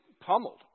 pummeled